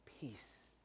peace